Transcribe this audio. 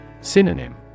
Synonym